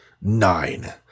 NINE